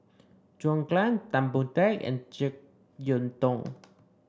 John Clang Tan Boon Teik and JeK Yeun Thong